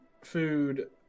food